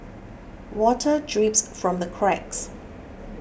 water drips from the cracks